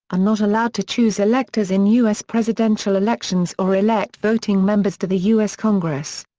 ah not allowed to choose electors in u s. presidential elections or elect voting members to the u s. congress.